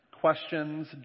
questions